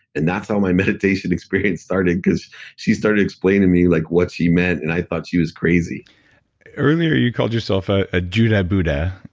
and that's how my meditation experience started because she started to explain to me like what she meant and i thought she was crazy earlier, you called yourself a judah-buddha.